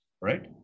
right